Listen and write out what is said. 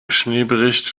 schneebericht